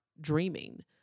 Dreaming